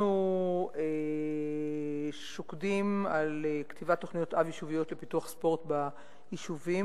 אנחנו שוקדים על כתיבת תוכניות-אב יישוביות לפיתוח ספורט ביישובים